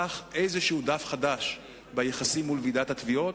איזה דף חדש ביחסים מול ועידת התביעות,